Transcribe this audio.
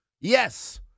Yes